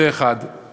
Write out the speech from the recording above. זה דבר אחד.